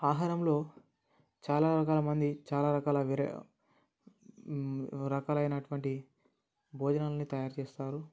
ఆహారంలో చాలా రకాల మంది చాలా రకాల రకాలైనటువంటి భోజనాలని తయారు చేస్తారు